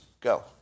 Go